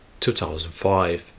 2005